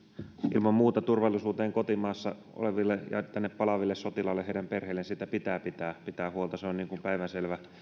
ilman muuta kotimaassa olevien ja tänne palaavien sotilaiden ja heidän perheidensä turvallisuudesta pitää pitää huolta se on päivänselvä